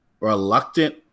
reluctant